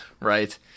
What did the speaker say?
right